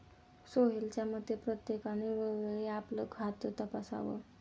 सोहेलच्या मते, प्रत्येकाने वेळोवेळी आपलं खातं तपासावं